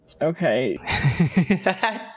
okay